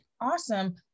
Awesome